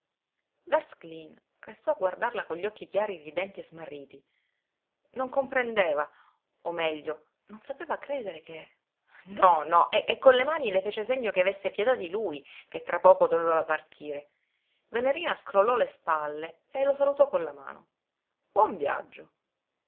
restò a guardarla con gli occhi chiari ridenti e smarriti non comprendeva o meglio non sapeva credere che no no e con le mani le fece segno che avesse pietà di lui che tra poco doveva partire venerina scrollò le spalle e lo salutò con la mano buon viaggio